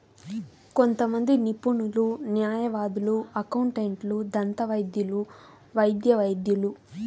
కొంతమంది నిపుణులు, న్యాయవాదులు, అకౌంటెంట్లు, దంతవైద్యులు, వైద్య వైద్యులు